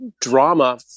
drama